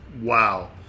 Wow